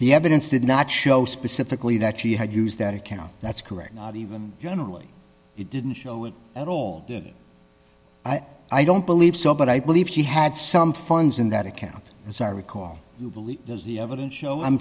the evidence did not show specifically that she had used that account that's correct not even generally he didn't show it at all i don't believe so but i believe he had some funds in that account as i recall you believe was the evidence show i'm